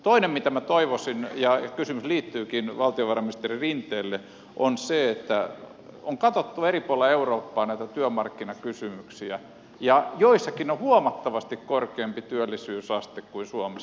toinen mitä minä toivoisin ja kysymys onkin valtiovarainministeri rinteelle on se että on katsottu eri puolilla eurooppaa näitä työmarkkinakysymyksiä ja joissakin maissa on huomattavasti korkeampi työllisyysaste kuin suomessa